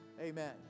Amen